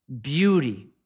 beauty